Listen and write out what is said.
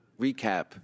recap